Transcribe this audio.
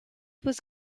was